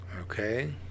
Okay